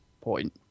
point